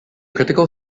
critical